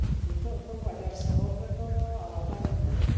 ᱱᱤᱛᱳᱜ ᱫᱚ ᱵᱟᱡᱟᱨ ᱥᱚᱦᱚᱨ ᱨᱮᱫᱚ ᱟᱞᱟᱫᱟ ᱧᱮᱞᱼᱧᱟᱢᱚᱜ ᱠᱟᱱᱟ